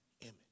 image